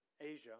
Asia